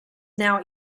now